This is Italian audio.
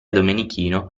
domenichino